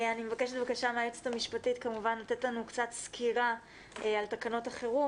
אני מבקשת מהיועצת המשפטית לתת לנו קצת סקירה על תקנות החירום